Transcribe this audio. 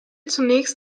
zunächst